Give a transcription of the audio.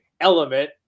element